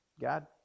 God